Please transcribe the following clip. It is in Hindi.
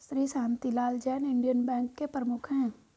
श्री शांतिलाल जैन इंडियन बैंक के प्रमुख है